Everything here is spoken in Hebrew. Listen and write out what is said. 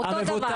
אותו דבר.